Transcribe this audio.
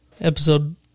Episode